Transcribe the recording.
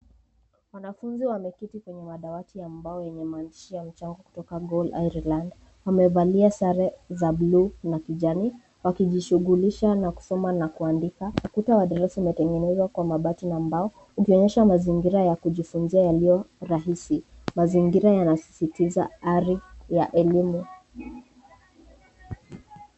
Wanafunzi wameketi kwenye madawati ya mbao yenye maandishi ya mchango kutoka Goal Ireland wamevalia sare za blue na kijani wakijishughulisha na kusoma na kuandika. Ukuta wa darasa umetengenezwa kwa mabati na mbao, ukionyesha mazingira ya kujifunzia yaliyo rahisi. Mazingira yanasisitiza ari ya elimu.